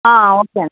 okay అండీ